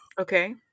Okay